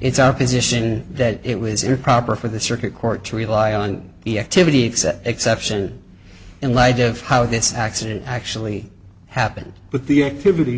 it's our position that it was improper for the circuit court to rely on the activity except exception in light of how this accident actually happened but the activity